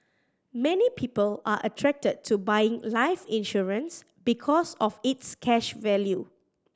many people are attracted to buying life insurance because of its cash value